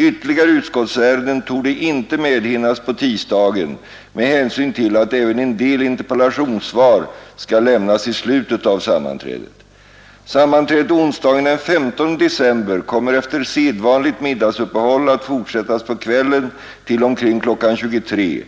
Ytterligare utskottsärenden torde inte medhinnas på tisdagen med hänsyn till att även en del interpellationssvar skall lämnas i slutet av sammanträdet. Sammanträdet onsdagen den 15 december kommer efter sedvanligt middagsuppehåll att fortsättas på kvällen till omkring kl. 23.00.